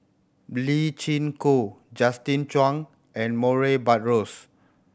Lee Chin Koon Justin Zhuang and Murray Buttrose